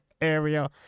area